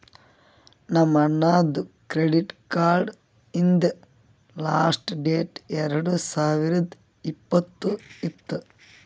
ನಮ್ ಅಣ್ಣಾದು credit card ಹಿಂದ್ ಲಾಸ್ಟ್ ಡೇಟ್ ಎರಡು ಸಾವಿರದ್ ಇಪ್ಪತ್ತ್ ಇತ್ತು